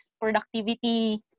productivity